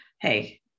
Hey